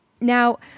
Now